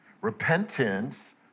Repentance